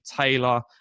Taylor